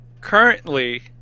currently